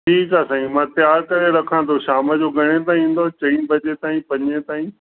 ठीकु आहे साईं मां त्यारु करे रखां थो शाम जो घणे ताईं ईंदो चईं बजे ताईं पंज ताईं